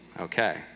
okay